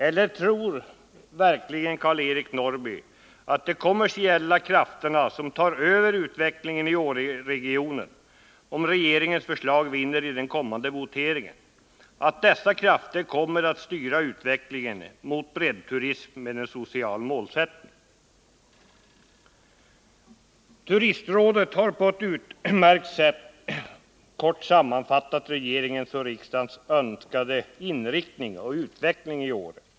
Eller tror verkligen Karl-Eric Norrby att de kommersiella krafterna, som tar över utvecklingen i Åreregionen, om regeringens förslag vinner i den kommande voteringen, kommer att styra utvecklingen mot breddturism med en social målsättning? Turistrådet har på ett utmärkt sätt kort sammanfattat den av regeringen och riksdagen önskade inriktningen och utvecklingen i Åre.